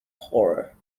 horror